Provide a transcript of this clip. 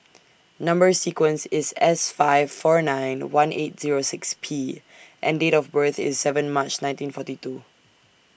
Number sequence IS S five four nine one eight Zero six P and Date of birth IS seven March nineteen forty two